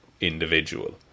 individual